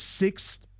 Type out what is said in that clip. sixth